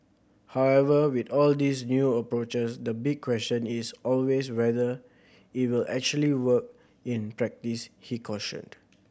however with all these new approaches the big question is always whether it will actually work in practice he cautioned